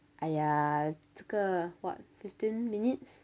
!aiya! 这个 what fifteen minutes